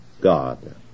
God